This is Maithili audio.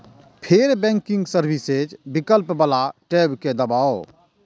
फेर बैंकिंग सर्विसेज विकल्प बला टैब कें दबाउ